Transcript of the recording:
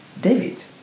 David